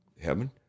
heaven